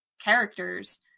characters